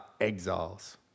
exiles